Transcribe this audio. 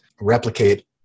replicate